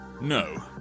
No